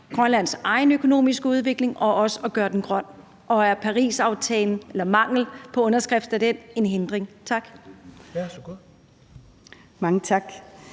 Grønlands egen økonomiske udvikling og også at gøre den grøn, og er manglen på underskrivelse af Parisaftalen en hindring? Tak.